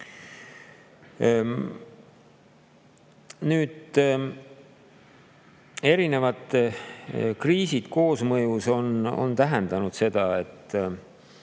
Nüüd, erinevad kriisid koosmõjus on tähendanud seda, et